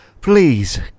please